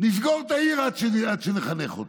נסגור את העיר עד שנחנך אותם.